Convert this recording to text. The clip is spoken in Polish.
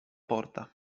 porta